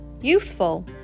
youthful